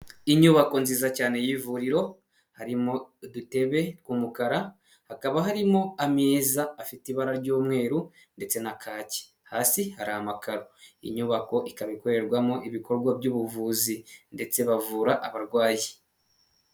Inyubako nziza cyane y'ivuriro harimo udutebe tw'umukara, hakaba harimo ameza afite ibara ry'umweru ndetse na kaki, hasi hari amakaro. Inyubako ikaba ikorerwamo ibikorwa by'ubuvuzi ndetse bavura abarwayi.